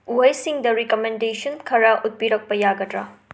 ꯎꯍꯩꯁꯤꯡꯗ recommendation ꯈꯔ ꯎꯠꯄꯤꯔꯛꯄ ꯌꯥꯒꯗ꯭ꯔ